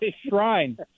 Shrine